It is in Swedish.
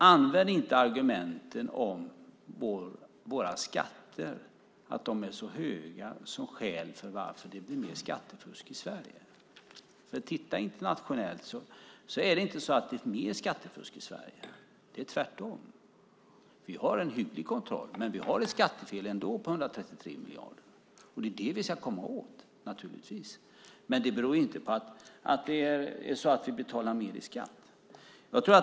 Använd inte argumenten om att våra skatter är så höga som skäl för att det blir mer skattefusk i Sverige. Om man tittar internationellt är det inte mer skattefusk i Sverige utan tvärtom. Vi har en hygglig kontroll, men vi har ändå ett skattefel på 133 miljarder. Det ska vi naturligtvis komma åt. Det beror inte på att vi betalar mer i skatt.